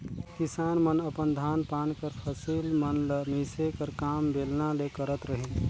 किसान मन अपन धान पान कर फसिल मन ल मिसे कर काम बेलना ले करत रहिन